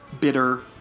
bitter